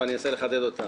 ואני אנסה לחדד אותה